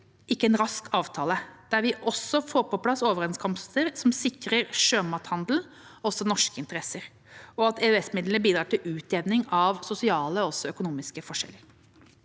ikke en rask avtale, der vi også får på plass overenskomster som sikrer sjømathandelen og norske interesser og at EØS-midlene bidrar til utjevning av sosiale og økonomiske forskjeller.